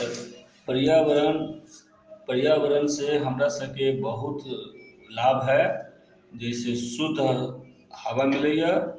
पर्यावरण पर्यावरणसँ हमरा सबके बहुत लाभ हइ जाहिसँ शुद्ध हवा मिलैए